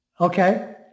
Okay